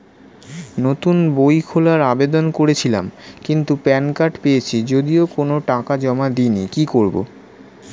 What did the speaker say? নতুন বই খোলার আবেদন করেছিলাম কিন্তু প্যান কার্ড পেয়েছি যদিও কোনো টাকা জমা দিইনি কি করব?